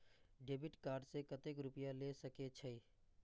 Debit card से कतेक रूपया ले सके छै?